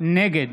נגד